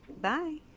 Bye